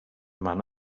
man